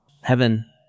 Heaven